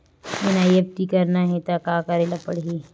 NEFT करना हे त का करे ल पड़हि?